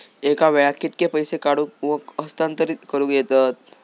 एका वेळाक कित्के पैसे काढूक व हस्तांतरित करूक येतत?